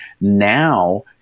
now